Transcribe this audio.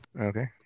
Okay